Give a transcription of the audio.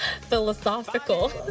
Philosophical